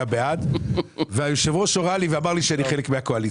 בעד והיושב ראש הורה לי ואמר לי שאני חלק מהקואליציה,